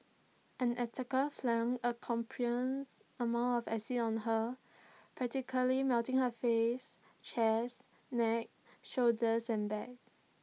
an attacker flung A copious amount of acid on her practically melting her face chest neck shoulders and back